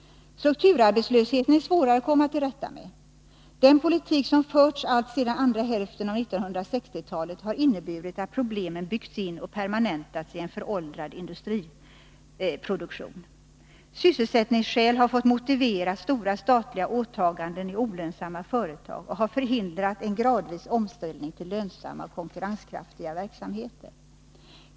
Strukturarbetslösheten är svårare att komma till rätta med. Den politik som förts alltsedan andra hälften av 1960-talet har inneburit att problemen byggts in och permanentats i en föråldrad industriproduktion. Sysselsättningsskäl har fått motivera stora statliga åtaganden i olönsamma företag och har förhindrat en gradvis omställning till lönsamma och konkurrenskraftiga verksamheter.